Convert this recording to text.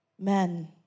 men